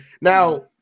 Now